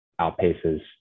outpaces